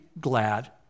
glad